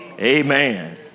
Amen